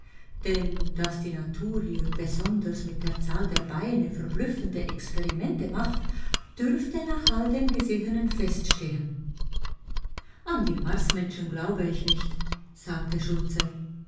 denn daß die natur hier besonders mit der zahl der beine verblüffende experimente macht dürfte nach all dem gesehenen feststehen an die marsmenschen glaube ich nicht sagte schultze